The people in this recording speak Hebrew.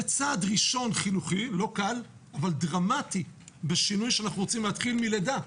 זה צעד ראשון חינוכי לא קל אבל דרמטי בשינוי שאנחנו רוצים להתחיל מלידה,